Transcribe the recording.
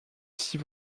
six